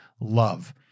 love